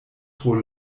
tro